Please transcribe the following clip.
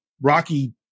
Rocky